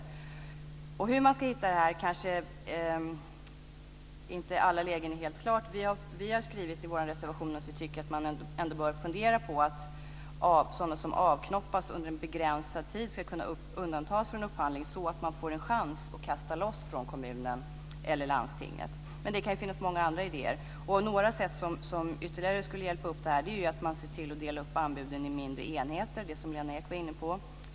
Hur man ska komma fram till detta är kanske inte i alla lägen helt klart. Vi har i vår reservation skrivit att vi tycker att man bör fundera på att företag som knoppas av under en begränsad tid ska kunna undantas från upphandling, så att de får en chans att kasta loss från kommunen eller landstinget. Det kan också finnas många andra idéer. Något som ytterligare skulle hjälpa upp det här är att man delar upp anbuden i mindre enheter, vilket Lena Ek var inne på.